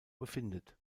befindet